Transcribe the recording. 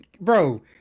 bro